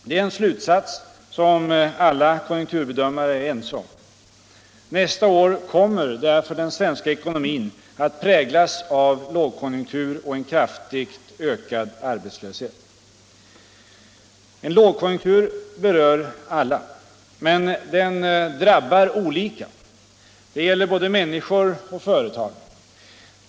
Det är en slutsats som alla konjunkturbedömare är ense om. Nästa år kommer därför den svenska ekonomin att präglas av lågkonjunktur och en kraftigt ökad arbetslöshet. En lågkonjunktur berör alla. Men den drabbar olika, Det gäller både människor och företag.